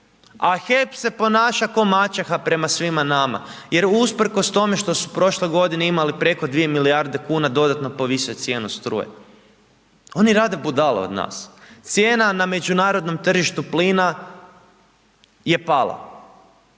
a HEP se ponaša kao maćeha prema svima nama jer usprkos tome što su prošle godine imali preko 2 milijarde kuna, dodatno je povisio cijenu struje. Oni rade budale od nas. Cijena na međunarodnom tržištu plina je pala.